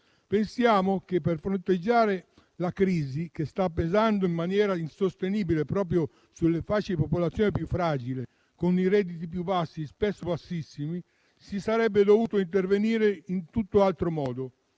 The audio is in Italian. Pensiamo che per fronteggiare la crisi che sta pesando in maniera insostenibile proprio sulle fasce di popolazione più fragili, con i redditi più bassi, spesso bassissimi, si sarebbe dovuto intervenire in tutt'altro modo.